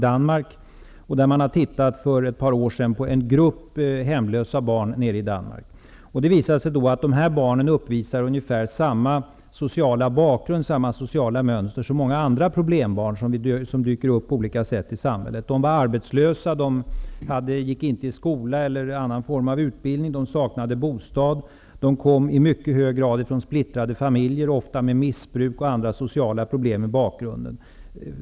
Man har där för ett par år sedan tittat på en grupp hemlösa barn. Det visar sig att dessa barn uppvisar ungefär samma sociala bakgrund och samma sociala mönster som många andra problembarn. De var arbetslösa, de gick inte i skola eller deltog i någon annan form av utbildning, de saknade bostad och i mycket hög grad kom från splittrade familjer, ofta med missbruk och andra sociala problem i bakgrunden.